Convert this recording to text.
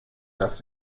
las